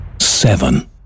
Seven